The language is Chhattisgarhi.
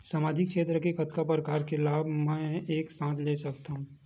सामाजिक क्षेत्र के कतका प्रकार के लाभ मै एक साथ ले सकथव?